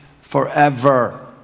forever